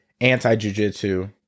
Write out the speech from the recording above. anti-jiu-jitsu